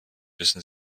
wissen